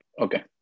Okay